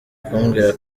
kumbwira